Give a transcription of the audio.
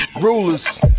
Rulers